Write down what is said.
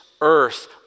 earth